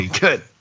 good